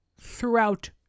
throughout